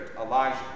Elijah